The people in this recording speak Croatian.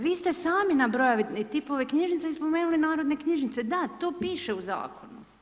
Vi ste sami nabrojali tipove knjižnice i spomenuli narodne knjižnice, da, to piše u zakonu.